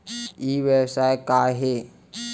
ई व्यवसाय का हे?